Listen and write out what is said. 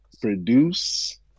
produce